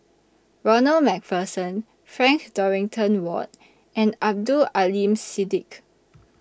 Ronald MacPherson Frank Dorrington Ward and Abdul Aleem Siddique